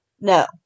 no